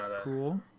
Cool